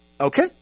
Okay